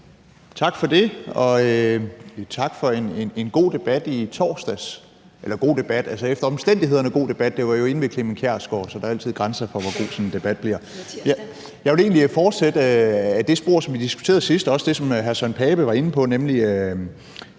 Tak for det, og tak for en god debat i torsdags – altså efter omstændighederne en god debat, det var jo inde ved Clement Kjersgaard, så der er altid grænser for, hvor god sådan en debat bliver. (Pia Olsen Dyhr (SF): Det var tirsdag). Jeg vil egentlig fortsætte ad det spor, som vi diskuterede sidst, og som også var det, hr. Søren Pape Poulsen var inde på, nemlig